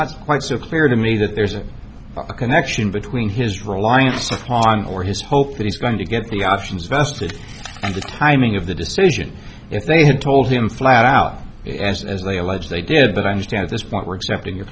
not quite so clear to me that there's a connection between his reliance upon or his hope that he's going to get the options vested in the timing of the decision if they had told him flat out as as they allege they did but i understand at this point we're examining your